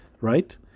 right